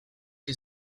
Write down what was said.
que